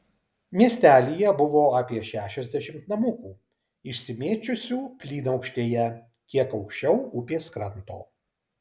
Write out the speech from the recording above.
miestelyje buvo apie šešiasdešimt namukų išsimėčiusių plynaukštėje kiek aukščiau upės kranto